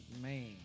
Man